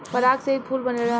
पराग से ही फूल बढ़ेला